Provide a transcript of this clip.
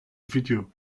video